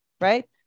right